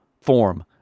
form